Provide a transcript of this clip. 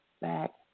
back